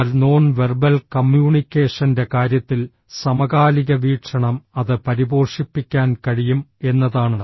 എന്നാൽ non verbal കമ്മ്യൂണിക്കേഷന്റെ കാര്യത്തിൽ സമകാലിക വീക്ഷണം അത് പരിപോഷിപ്പിക്കാൻ കഴിയും എന്നതാണ്